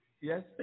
Yes